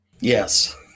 Yes